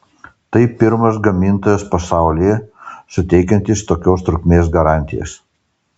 tai pirmas gamintojas pasaulyje suteikiantis tokios trukmės garantijas